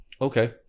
Okay